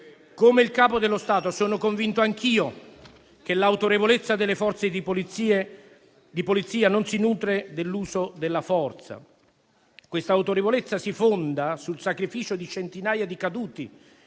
Come il Capo dello Stato, sono convinto anch'io che l'autorevolezza delle Forze di polizia non si nutra dell'uso della forza, ma si fondi sul sacrificio di centinaia di caduti